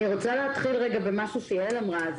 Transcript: אני רוצה להתחיל רגע במשהו שיעל אמרה.